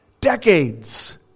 Decades